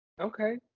okay